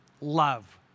Love